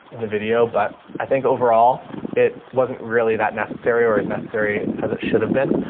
in the video, but i think overall it wasn't really that necessary or as necessary as it should have been.